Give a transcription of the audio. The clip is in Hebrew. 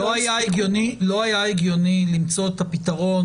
לא היה הגיוני למצוא את הפתרון,